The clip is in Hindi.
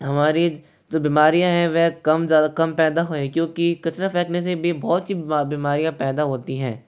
हमारी जो बीमारियों है वह कम कम पैदा होय क्योंकि कचरा फैलने से भी बहुत सी बीमारियाँ पैदा होती हैं